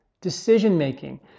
decision-making